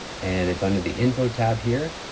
and it's under the info tab here.